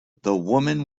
woman